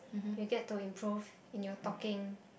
you get to improve in your talking